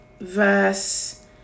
verse